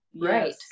Right